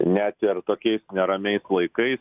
net ir tokiais neramiais laikais